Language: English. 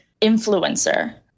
influencer